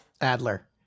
Adler